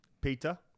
Peter